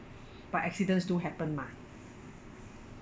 but accidents do happen mah